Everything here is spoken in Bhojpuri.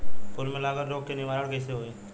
फूल में लागल रोग के निवारण कैसे होयी?